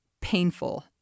painful